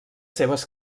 seves